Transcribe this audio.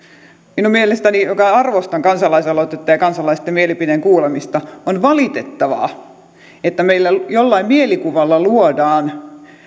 minun joka arvostan kansalais aloitetta ja kansalaisten mielipiteen kuulemista mielestäni on valitettavaa että meillä jollain mielikuvalla luodaan